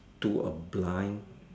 to a blind